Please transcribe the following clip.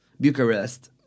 Bucharest